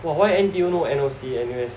!wow! why N_T_U no N_O_C N_U_S